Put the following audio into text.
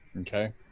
Okay